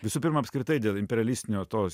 visų pirma apskritai dėl imperialistinio tos